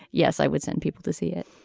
yes i would send people to see it